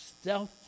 stealth